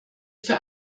für